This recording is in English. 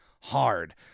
hard